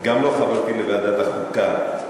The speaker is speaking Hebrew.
גם לא חברתי בוועדת החוקה,